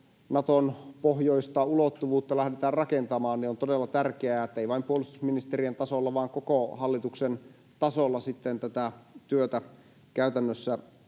Naton pohjoista ulottuvuutta lähdetään rakentamaan, on todella tärkeää, ettei vain puolustusministeriön tasolla vaan koko hallituksen tasolla sitten tätä työtä käytännössä